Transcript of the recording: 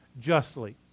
justly